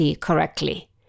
correctly